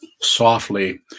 Softly